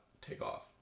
Takeoff